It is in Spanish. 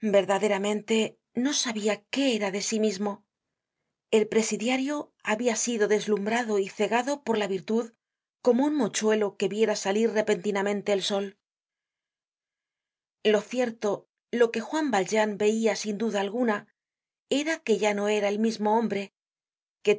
verdaderamente no sabia qué era de sí mismo el presidiario habia sido deslumbrado y cegado por la virtud como un mochuelo que viera salir repentinamente el sol content from google book search generated at lo cierto lo que juan valjean veia sin duda alguna era que ya no era el mismo hombre que